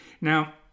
now